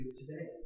today